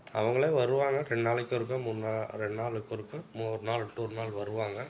அவங்களே வருவாங்க ரெண் நாளைக்கு ஒருக்கா மூணு நா ரெண்டு நாளுக்கு ஒருக்கா மூ ஒரு நாள் விட்டு ஒரு நாள் வருவாங்க